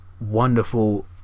wonderful